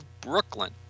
Brooklyn